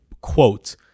quote